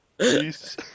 Peace